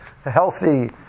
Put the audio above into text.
healthy